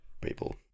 people